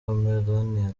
melania